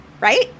right